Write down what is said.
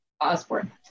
Osborne